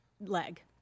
leg